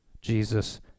Jesus